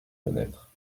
fenêtre